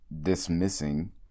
Dismissing